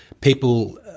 people